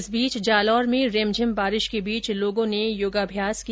इस बीच जालौर में रिमझिम बारिश के बीच लोगों ने योग अभ्यास किया